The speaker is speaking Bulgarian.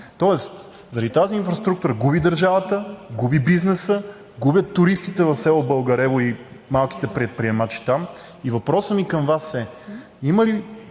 тоест заради тази инфраструктура губи държавата, губи бизнесът, губят туристите в село Българево и малките предприемачи там. И въпросът ми към Вас е: има ли